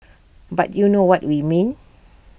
but you know what we mean